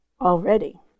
already